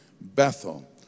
Bethel